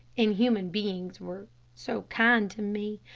and human beings were so kind to me,